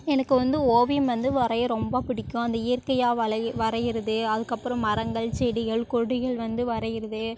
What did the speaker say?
எனக்கு வந்து ஓவியம் வந்து வரைய ரொம்ப பிடிக்கும் அந்த இயற்கையாக வலை வரைகிறது அதுக்கப்புறம் மரங்கள் செடிகள் கொடிகள் வந்து வரைகிறது